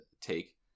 take